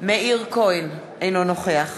אינו נוכח